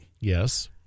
Yes